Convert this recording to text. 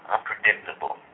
Unpredictable